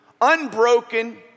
unbroken